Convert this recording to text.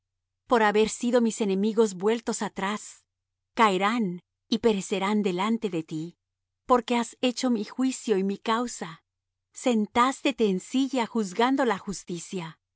por haber sido mis enemigos vueltos atrás caerán y perecerán delante de ti porque has hecho mi juicio y mi causa sentástete en silla juzgando justicia